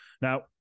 Now